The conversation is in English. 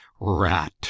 rat